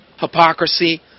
hypocrisy